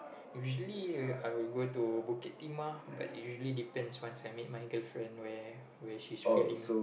usually I will go to Bukit-Timah but usually depends once I meet my girlfriend where she's feeling